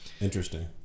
Interesting